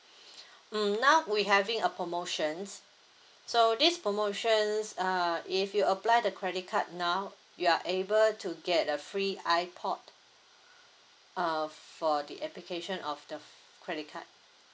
mm now we're having a promotions so this promotions err if you apply the credit card now you are able to get a free ipod err for the application of the credit card